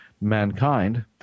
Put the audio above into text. mankind